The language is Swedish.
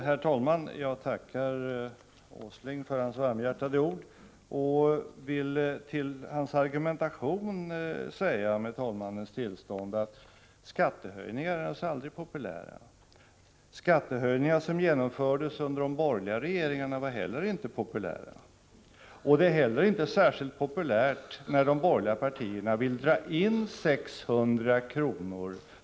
Herr talman! Jag tackar Nils Åsling för hans varmhjärtade ord och vill med anledning av hans argumentation med talmannens tillstånd säga att skattehöjningar ju aldrig är populära. Skattehöjningar som genomfördes under de borgerliga regeringarna var inte heller populära. Det är inte heller särskilt populärt när de borgerliga partierna vill dra in 600 kr.